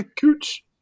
cooch